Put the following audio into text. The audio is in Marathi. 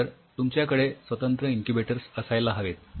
तर तुमच्याकडे स्वतंत्र इन्क्युबेटर्स असायला हवेत